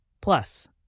Plus